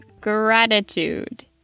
gratitude